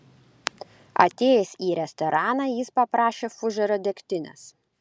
atėjęs į restoraną jis paprašė fužero degtinės